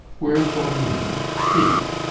where's bohemia? speak.